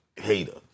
hater